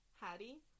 Hattie